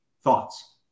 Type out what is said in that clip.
Thoughts